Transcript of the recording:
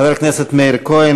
חבר הכנסת מאיר כהן,